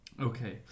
Okay